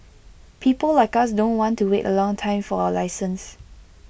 people like us don't want to wait A long time for A license